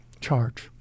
charge